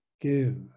Give